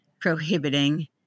prohibiting